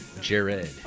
Jared